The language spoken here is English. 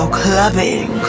clubbing